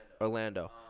Orlando